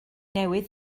newydd